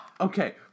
okay